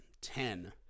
ten